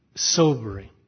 Sobering